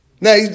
Now